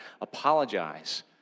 apologize